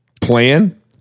plan